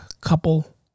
couple